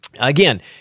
again